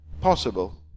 possible